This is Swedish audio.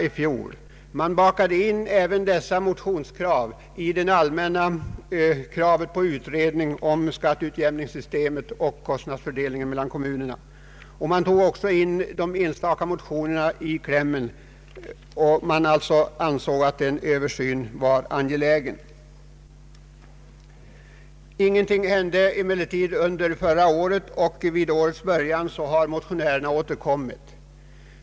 Utskoitet bakade in även dessa motionskrav i det allmänna kravet på utredning om skatteutjämningssystemet och kostnadsfördelningen mellan kommuner. Ingenting hände emellertid under förra året, och vid årets början har motionärerna återkommit.